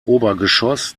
obergeschoss